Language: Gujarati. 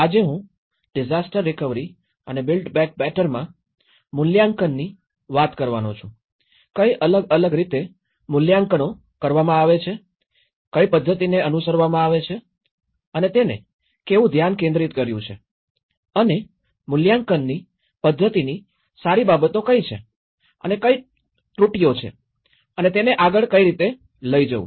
આજે હું disaster recovery and build back બેટરમાં મૂલ્યાંકનની વાત કરવાનો છું કઈ અલગ અલગ રીતે મૂલ્યાંકનો કરવામાં આવે છે કઈ પદ્ધતિને અનુસરવામાં આવે છે અને તેને કેવું ધ્યાન કેન્દ્રિત કર્યું છે અને મૂલ્યાંકનની પદ્ધતિની સારી બાબતો કઈ છે અને કઈ ત્રુટીઓ છે અને તેને આગળ કઈ રીતે લઇ જવું